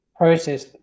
process